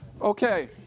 Okay